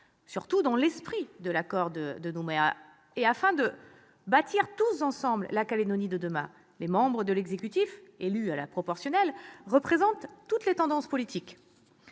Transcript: Surtout, dans l'esprit de l'accord de Nouméa, et afin de bâtir tous ensemble la Nouvelle-Calédonie de demain, les membres de l'exécutif, élus à la proportionnelle, représentent toutes les tendances politiques.